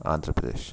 Andhra Pradesh